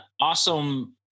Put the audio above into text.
awesome